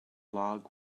log